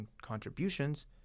contributions